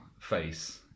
face